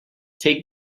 take